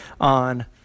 on